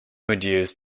reduced